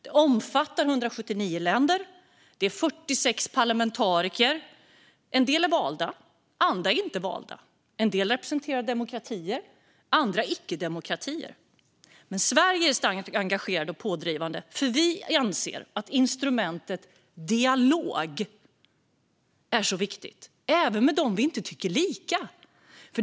IPU omfattar 179 länder och 46 000 parlamentariker. En del är valda, och andra är inte valda. En del representerar demokratier och andra icke-demokratier. Sverige är starkt engagerat och pådrivande, för vi anser att instrumentet dialog är så viktigt, även med dem vi inte tycker lika som.